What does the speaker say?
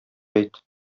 әйт